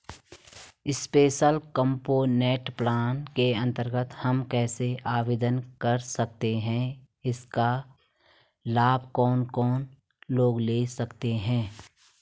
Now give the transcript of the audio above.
Special component plan के अन्तर्गत हम कैसे आवेदन कर सकते हैं इसका लाभ कौन कौन लोग ले सकते हैं?